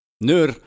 Nur